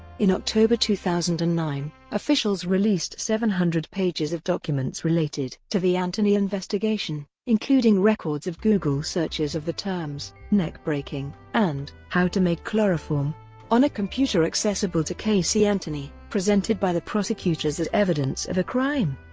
in october two thousand and nine, officials released seven hundred pages of documents related to the anthony investigation, including records of google searches of the terms neck breaking and how to make chloroform on a computer accessible to casey anthony, presented by the prosecutors as evidence of a crime.